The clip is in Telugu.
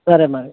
సరే మరి